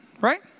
right